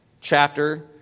chapter